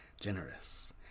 Generous